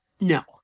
no